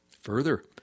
Further